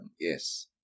Yes